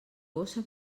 bossa